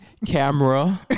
Camera